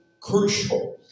crucial